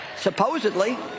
Supposedly